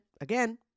Again